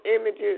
images